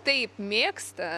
taip mėgsta